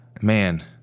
Man